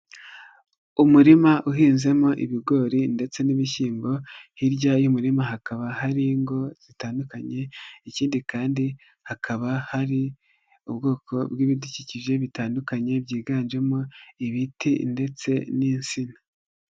Umurima uhinzemo ibigori ndetse n'ibishyimbo hirya y'umurima hakaba hari ingo zitandukanye ikindi kandi hakaba hari ubwoko bw'ibidukikije bitandukanye byiganjemo ibiti ndetse n'insina.